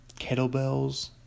kettlebells